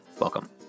Welcome